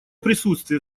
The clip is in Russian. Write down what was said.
присутствие